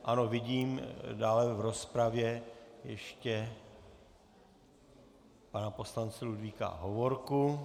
Ano, vidím dále v rozpravě ještě pana poslance Ludvíka Hovorku.